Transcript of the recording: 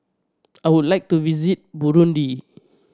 I would like to visit Burundi